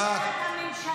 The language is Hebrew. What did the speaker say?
אני מכירה את הממשלה.